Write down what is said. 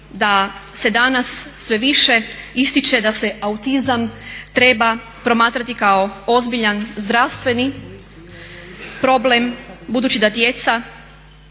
da se danas sve više ističe da se autizam treba promatrati kao ozbiljan zdravstveni problem, budući da djeca